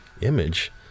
image